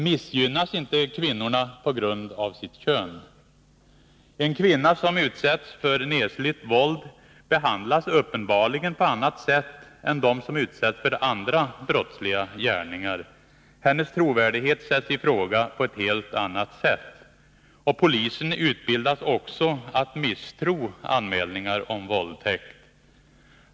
Missgynnas inte kvinnorna på grund av sitt kön? En kvinna som utsätts för nesligt våld behandlas uppenbarligen på annat sätt än de som utsätts för andra brottsliga gärningar. Hennes trovärdighet sätts i fråga på ett helt annat sätt. Polisen utbildas också att misstro anmälningar om våldtäkt.